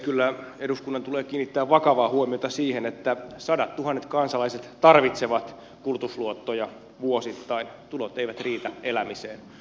kyllä eduskunnan tulee kiinnittää vakavaa huomiota siihen että sadattuhannet kansalaiset tarvitsevat kulutusluottoja vuosittain tulot eivät riitä elämiseen